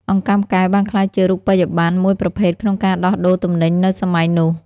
អង្កាំកែវ បានក្លាយជារូបិយប័ណ្ណមួយប្រភេទក្នុងការដោះដូរទំនិញនៅសម័យនោះ។